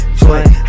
joint